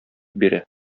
бирә